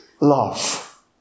love